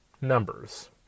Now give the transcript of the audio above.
numbers